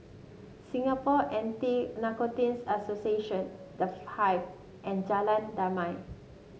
Singapore Anti Narcotics Association The Hive and Jalan Damai